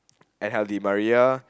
and have the Di-Maria